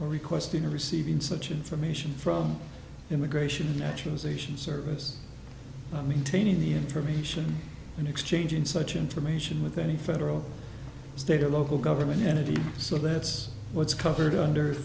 the requesting receiving such information from immigration and naturalization service i mean training the information and exchanging such information with any federal state or local government entity so that's what's covered under